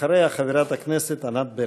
אחריה, חברת הכנסת ענת ברקו.